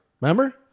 Remember